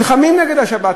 נלחמים נגד השבת.